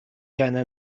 كان